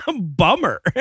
Bummer